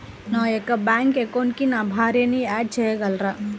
నా యొక్క బ్యాంక్ అకౌంట్కి నా భార్యని యాడ్ చేయగలరా?